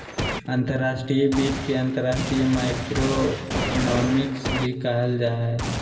अंतर्राष्ट्रीय वित्त के अंतर्राष्ट्रीय माइक्रोइकोनॉमिक्स भी कहल जा हय